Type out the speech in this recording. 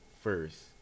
first